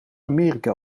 amerika